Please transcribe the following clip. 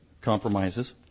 compromises